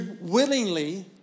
willingly